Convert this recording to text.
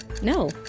No